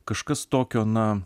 kažkas tokio na